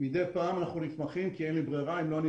מדי פעם אנחנו נתמכים אין לי ברירה אם לא אני